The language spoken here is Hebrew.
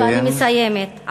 אני מסיימת.